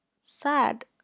sad